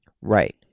Right